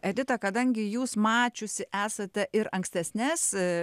edita kadangi jūs mačiusi esate ir ankstesnes